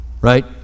right